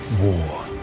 war